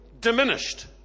diminished